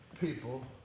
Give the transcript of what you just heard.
people